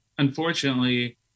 Unfortunately